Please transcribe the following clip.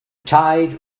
tide